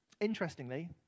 Interestingly